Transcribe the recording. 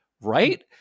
Right